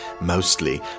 mostly